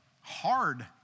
hard